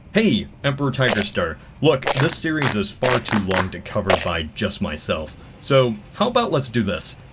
hey, emperortigerstar. look this series is far too long to cover by just myself, so how about let's do this.